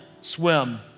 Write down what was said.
swim